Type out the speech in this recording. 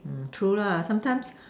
mm true lah sometimes